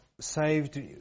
saved